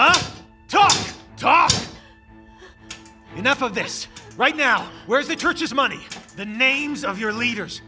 talk enough of this right now where's the church's money the names of your leaders